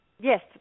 Yes